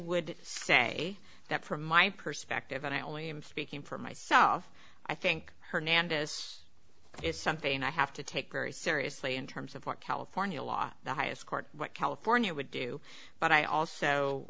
would say that from my perspective and i only i'm speaking for myself i think hernandez is something i have to take very seriously in terms of what california law the highest court what california would do but i also